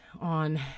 on